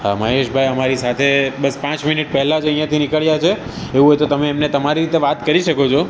હા મહેશભાઈ અમારી સાથે બસ પાંચ મિનિટ પહેલાં જ અહીંયાથી નીકળ્યા છે એવું હોય તો તમે એમને તમારી રીતે વાત કરી શકો છો